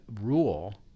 rule